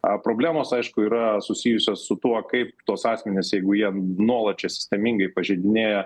problemos aišku yra susijusios su tuo kaip tuos asmenis jeigu jie nuolat čia sistemingai pažeidinėja